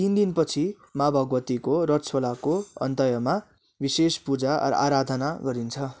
तिन दिन पछि माँ भगवतीको रजस्वलाको अन्त्यमा विशेष पूजा अर आराधना गरिन्छ